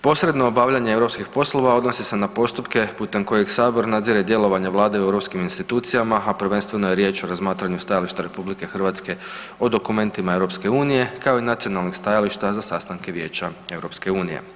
Posredno obavljanje europskih poslova odnosi se na postupke putem kojeg sabor nadzire djelovanje Vlade u europskim institucijama, a prvenstveno je riječ o razmatranju stajališta RH o dokumentima EU kao i nacionalnih stajališta za sastanke Vijeća EU.